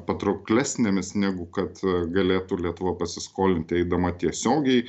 patrauklesnėmis negu kad galėtų lietuva pasiskolinti eidama tiesiogiai